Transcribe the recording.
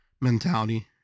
mentality